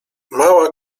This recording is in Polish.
mała